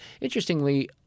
interestingly